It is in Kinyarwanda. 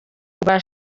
rwa